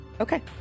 Okay